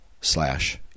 slash